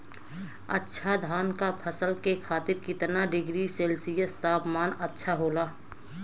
अच्छा धान क फसल के खातीर कितना डिग्री सेल्सीयस तापमान अच्छा होला?